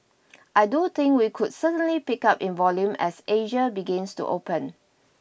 I do think we could certainly pick up in volume as Asia begins to open